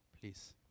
Please